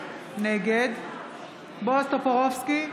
נגד בועז טופורובסקי,